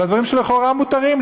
אלא מדברים שלכאורה הם מותרים,